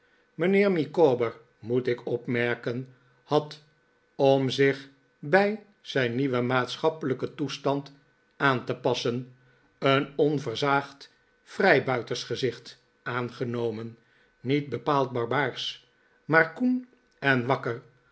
mijnheer micawber moet ik opmerken had om zich bij zijn nieuwen maatschappelijken toestand aan te passen een onversaagd vrijbuiters gezicht aangenomen niet bepaald barbaarsch maar koen en wakker